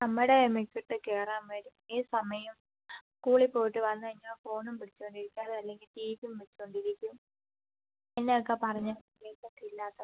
നമ്മുടെ മേക്കത്തു കയറാൻ വരും ഈ സമയം സ്കൂളിൽ പോയിട്ട് വന്നു കഴിഞ്ഞാൽ ഫോണും പിടിച്ചോണ്ടിരിപ്പാണ് അതല്ലെങ്കിൽ ടി വീം വെച്ചോണ്ടിരിക്കും എന്നായൊക്കെ പറഞ്ഞാൽ കേൾക്കത്തില്ല്യാത്തവൻ